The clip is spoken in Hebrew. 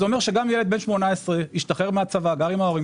זה אומר שגם ילד בן 18 שהשתחרר מהצבא וגר עם ההורים